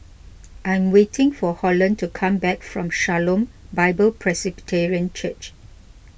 I am waiting for Holland to come back from Shalom Bible Presbyterian Church